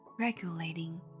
regulating